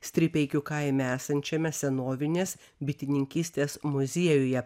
stripeikių kaime esančiame senovinės bitininkystės muziejuje